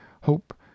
hope